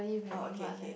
oh okay okay